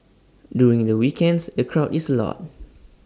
during the weekends the crowd is A lot